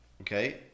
okay